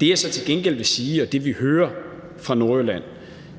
Det, jeg så til gengæld vil sige, og det, vi hører fra Nordjylland,